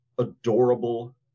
adorable